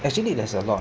actually there's a lot